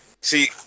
See